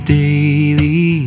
daily